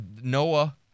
Noah